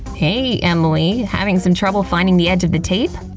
hey, emily, having some trouble finding the edge of the tape?